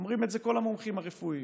אומרים את זה כל המומחים הרפואיים: